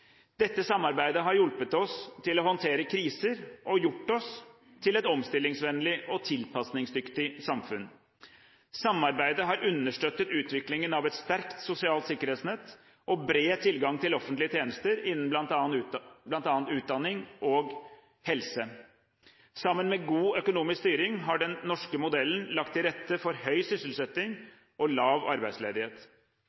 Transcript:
Dette samarbeidet har hjulpet oss til å håndtere kriser og gjort oss til et omstillingsvennlig og tilpasningsdyktig samfunn. Samarbeidet har understøttet utviklingen av et sterkt sosialt sikkerhetsnett og bred tilgang til offentlige tjenester innen bl.a. utdanning og helse. Sammen med god økonomisk styring har den norske modellen lagt til rette for høy sysselsetting